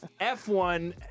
F1